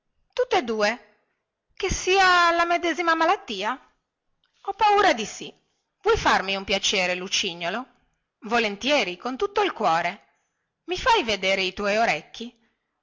tu tutte due che sia la medesima malattia ho paura di sì vuoi farmi un piacere lucignolo volentieri con tutto il cuore i fai vedere i tuoi orecchi